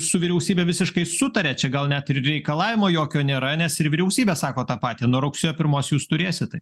su vyriausybe visiškai sutariat čia gal net reikalavimo jokio nėra nes ir vyriausybė sako tą patį nuo rugsėjo pirmos jūs turėsit tai